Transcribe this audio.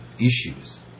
issues